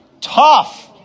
Tough